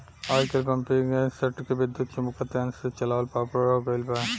आजकल पम्पींगसेट के विद्युत्चुम्बकत्व यंत्र से चलावल पॉपुलर हो गईल बा